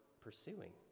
pursuing